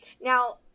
now